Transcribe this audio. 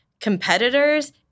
competitors